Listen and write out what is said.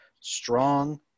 strong